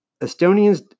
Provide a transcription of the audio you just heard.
Estonians